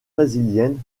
brésilienne